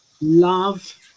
Love